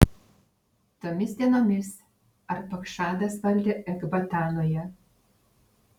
tomis dienomis arpachšadas valdė ekbatanoje